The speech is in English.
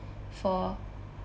for